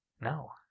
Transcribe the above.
No